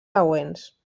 següents